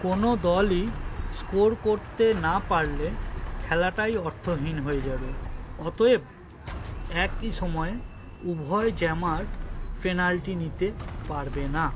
কোনো দলই স্কোর করতে না পারলে খেলাটাই অর্থহীন হয়ে যাবে অতএব একই সময়ে উভয় জ্যামার পেনাল্টি নিতে পারবে না